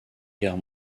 guerre